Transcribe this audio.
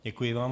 Děkuji vám.